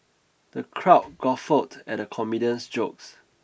the crowd guffawed at the comedian's jokes